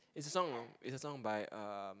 it's a song it's a song by um